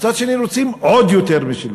ומצד שני רוצים עוד יותר משילות.